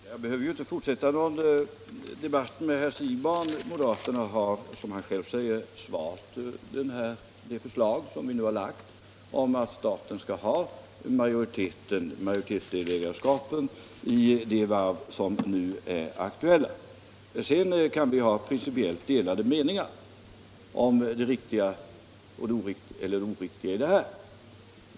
Herr talman! Jag behöver ju inte fortsätta någon debatt med herr Siegbahn. Moderaterna har, som han själv säger, valt det förslag som vi lagt om att staten skall ha majoritetsdelägarskapet i de varv som nu är aktuella. Sedan kan man ha principiellt delade meningar om det riktiga eller oriktiga i detta.